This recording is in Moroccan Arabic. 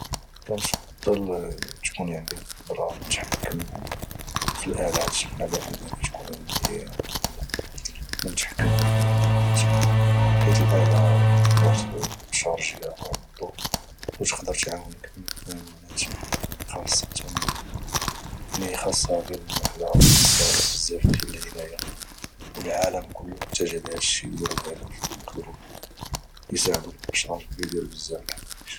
كنفضل تكون عندي القدره نتحكم في الالات على انني تكون عندي القدره ونتحكم في الحيوانات حيث الالة تقدر تشارجيها غير بالضوء وتقدر تعاونك اما الحيوانات خاصه الماكله وخاصه بزاف ديال العنايه والعالم كله متجه لهادشي ديال الالات اللي يقدرو يساعدة البشر ادير بزاف ديال الحوايج